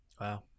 Wow